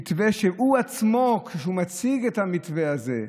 מתווה שהוא עצמו, כשהוא מציג את המתווה הזה,